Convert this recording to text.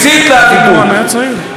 מסית לאלימות,